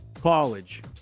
college